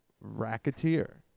Racketeer